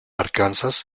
arkansas